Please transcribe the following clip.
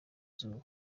izuba